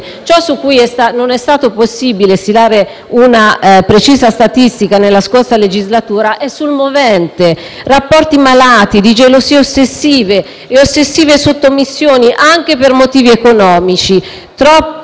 Ciò su cui non è stato possibile stilare una precisa statistica nella scorsa legislatura è sul movente: rapporti malati di gelosie ossessive e ossessive sottomissioni, anche per motivi economici.